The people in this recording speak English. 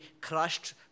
crushed